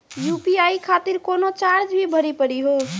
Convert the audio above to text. UPI खातिर कोनो charge भी भरी पड़ी हो?